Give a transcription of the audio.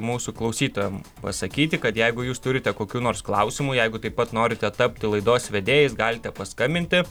mūsų klausytojam pasakyti kad jeigu jūs turite kokių nors klausimų jeigu taip pat norite tapti laidos vedėjais galite paskambinti